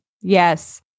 Yes